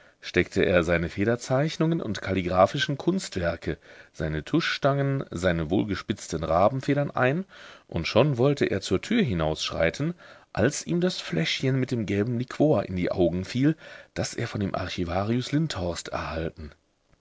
steckte er seine federzeichnungen und kalligraphischen kunstwerke seine tuschstangen seine wohlgespitzten rabenfedern ein und schon wollte er zur tür hinausschreiten als ihm das fläschchen mit dem gelben liquor in die augen fiel das er von dem archivarius lindhorst erhalten